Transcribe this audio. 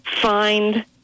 find